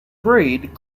breed